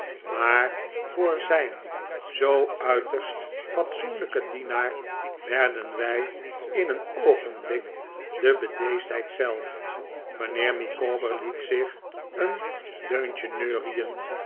maar voor zijn zoo uiterst fatsoenlijken dienaar werden wij in een oogenblik de bedeesdheid zelf mijnheer micawber liet zich een deuntje neuriend